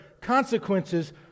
consequences